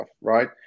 right